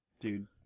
dude